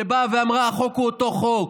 שבאה ואמרה: החוק הוא אותו חוק.